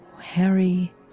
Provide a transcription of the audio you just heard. Harry